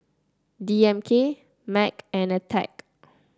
D M K Mac and Attack